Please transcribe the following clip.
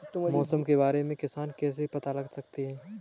मौसम के बारे में किसान किससे पता लगा सकते हैं?